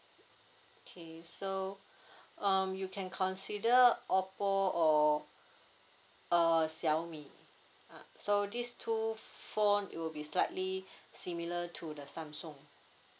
okay so um you can consider oppo or err xiaomi ah so these two phone it will be slightly similar to the samsung